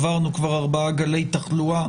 עברנו כבר ארבעה גלי תחלואה